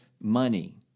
money